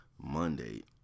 monday